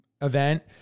event